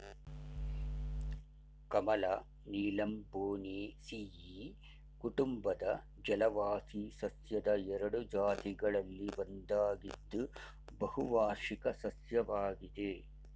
ಕಮಲ ನೀಲಂಬೊನೇಸಿಯಿ ಕುಟುಂಬದ ಜಲವಾಸಿ ಸಸ್ಯದ ಎರಡು ಜಾತಿಗಳಲ್ಲಿ ಒಂದಾಗಿದ್ದು ಬಹುವಾರ್ಷಿಕ ಸಸ್ಯವಾಗಿದೆ